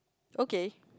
okay